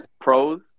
pros